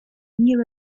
knew